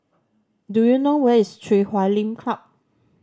do you know where is Chui Huay Lim Club